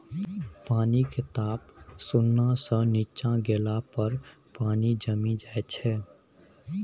पानिक ताप शुन्ना सँ नीच्चाँ गेला पर पानि जमि जाइ छै